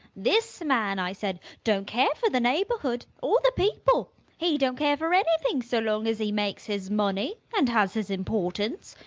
this man, i said, don't care for the neighbourhood, or the people he don't care for anything so long as he makes his money, and has his importance.